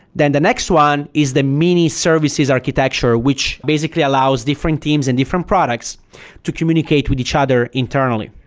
then the next one is the mini-services architecture, which basically allows different teams and different products to communicate with each other internally.